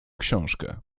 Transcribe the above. książkę